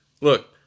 Look